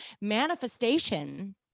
manifestation